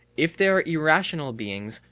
if they are irrational beings,